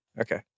Okay